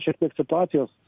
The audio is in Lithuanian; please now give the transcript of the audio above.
šiek tiek situacijos